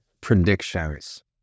predictions